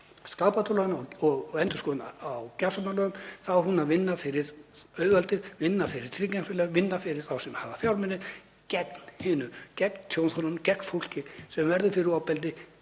skaðabótalögum og endurskoðun á gjafsóknarlögum þá er hún að vinna fyrir auðvaldið, vinna fyrir tryggingafélögin, vinna fyrir þá sem hafa fjármuni, gegn hinum, gegn tjónþolum, gegn fólki sem verður fyrir ofbeldi